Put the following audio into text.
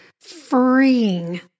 freeing